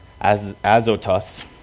Azotus